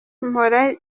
mpora